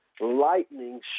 lightning